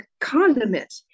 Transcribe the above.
condiment